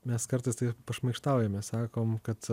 mes kartais taip pašmaikštaujame sakom kad